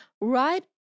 right